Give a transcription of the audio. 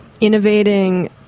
innovating